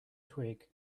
twig